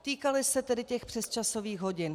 Týkaly se tedy těch přesčasových hodin.